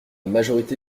majorité